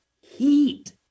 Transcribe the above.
heat